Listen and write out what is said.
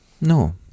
No